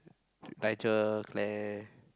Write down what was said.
Nigel Claire